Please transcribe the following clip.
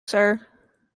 sir